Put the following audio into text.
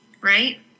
Right